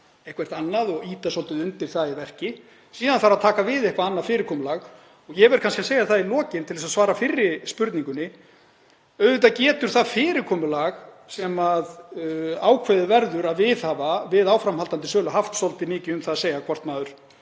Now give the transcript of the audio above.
eitthvert annað og ýta svolítið undir það í verki. Síðan þarf að taka við eitthvað annað fyrirkomulag. Ég verð kannski að segja það í lokin, til að svara fyrri spurningunni: Auðvitað getur það fyrirkomulag sem ákveðið verður að viðhafa við áframhaldandi sölu haft svolítið mikið um það að segja hvort maður